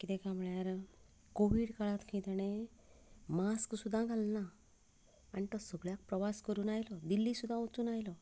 कितें काय म्हणल्यार कोविड काळांत खंय ताणें मास्क सुद्दां घालूंकना आनी तो सगळ्याक प्रवास करून आयलो दिल्लीक सुद्दां वचून आयलो